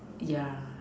yeah